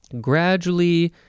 gradually